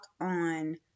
on